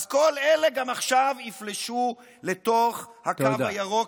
אז כל אלה עכשיו גם יפלשו לתוך הקו הירוק,